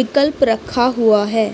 विकल्प रखा हुआ है